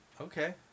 Okay